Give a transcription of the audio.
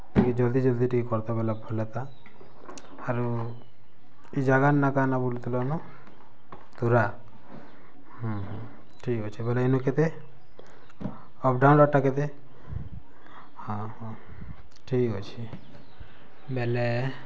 ଟିକେ ଜଲ୍ଦି ଜଲ୍ଦି ଟିକେ କର୍ତ ବେଲେ ଭଲ୍ ହେତା ଆରୁ ଇ ଜାଗାର୍ ନାଁ କାଏଁ ନାଁ ବୋଲୁଥିଲନୁ ତୁରା ଠିକ୍ ଅଛେ ବଏଲେ ଇନୁ କେତେ ଅପ୍ ଡାଉନ୍ଟା କେତେ ହଁ ହଁ ଠିକ୍ ଅଛେ ବେଲେ